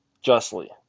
justly